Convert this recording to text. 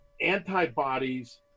antibodies